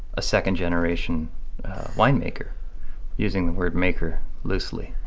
a second-generation winemaker using the word maker loosely.